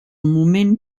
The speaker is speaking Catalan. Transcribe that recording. moment